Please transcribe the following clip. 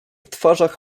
twarzach